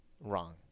wrong